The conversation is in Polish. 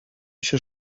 się